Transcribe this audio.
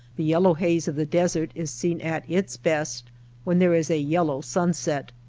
the yellow haze of the desert is seen at its best when there is a yellow sunset,